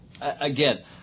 Again